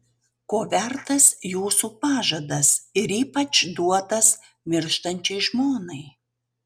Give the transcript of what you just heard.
ko vertas jūsų pažadas ir ypač duotas mirštančiai žmonai